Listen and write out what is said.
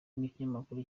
n’abanyamakuru